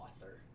author